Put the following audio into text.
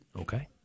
Okay